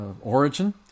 origin